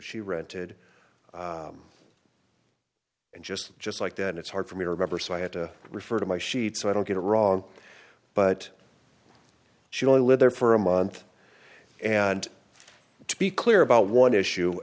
rented and just just like that it's hard for me to remember so i had to refer to my sheet so i don't get it wrong but she only lived there for a month and to be clear about one issue